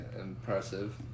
impressive